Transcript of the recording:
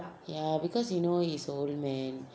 ya because you know he is an old man